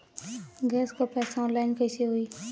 Gas क पैसा online कइसे होई?